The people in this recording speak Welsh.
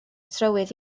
trywydd